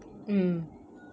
mm